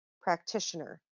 practitioner